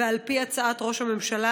ועל פי הצעת ראש הממשלה,